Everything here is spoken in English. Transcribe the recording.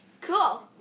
Cool